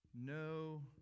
no